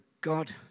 God